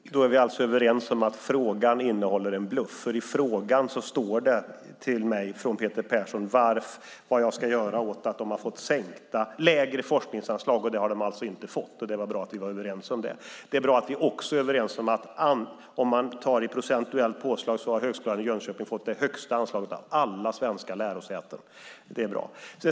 Fru talman! Då är vi alltså överens om att frågan innehåller en bluff, för Peter Persson frågar mig vad jag ska göra åt att Högskolan i Jönköping fått lägre forskningsanslag, och det har de alltså inte fått. Det är bra att vi är överens om det. Det är bra att vi också är överens om att ifall man tar det procentuella påslaget har Högskolan i Jönköping fått det högsta anslaget av alla svenska lärosäten.